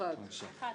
1 ההסתייגות (31)